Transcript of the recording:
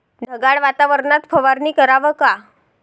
ढगाळ वातावरनात फवारनी कराव का?